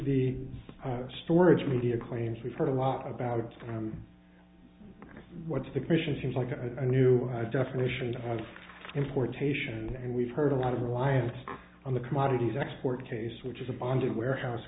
the storage media claims we've heard a lot about him what's the commission seems like a new definition of importation and we've heard a lot of reliance on the commodities export case which is a bonded warehouse